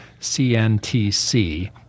CNTC